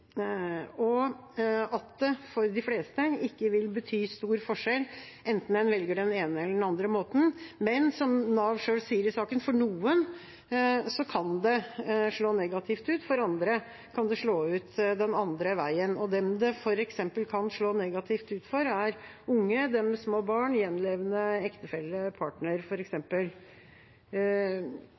og at det for de fleste ikke vil bety noen stor forskjell enten en velger den ene eller den andre måten. Men, som Nav selv sier i saken: For noen kan det slå negativt ut, for andre kan det slå ut den andre veien. Dem det kan slå negativt ut for, er f.eks. unge, dem med små barn og gjenlevende